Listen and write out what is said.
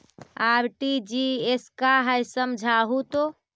RTGS का है समझाहू तो?